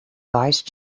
vice